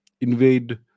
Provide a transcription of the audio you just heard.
invade